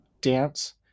dance